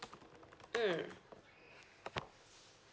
mm